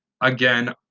again